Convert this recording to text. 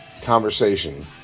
Conversation